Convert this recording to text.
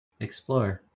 Explore